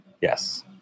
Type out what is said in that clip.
Yes